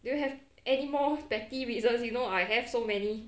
do you have anymore petty reasons you know I have so many